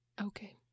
Okay